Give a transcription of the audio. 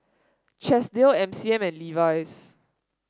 Chesdale M C M and Levi's